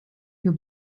für